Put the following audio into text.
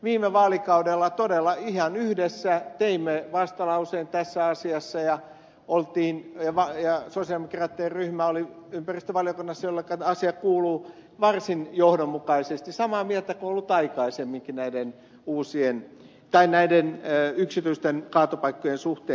viime vaalikaudella todella ihan yhdessä teimme vastalauseen tässä asiassa ja sosialidemokraattien ryhmä oli ympäristövaliokunnassa jolle asia kuuluu varsin johdonmukaisesti samaa mieltä kuin on ollut aikaisemminkin näiden yksityisten kaatopaikkojen suhteen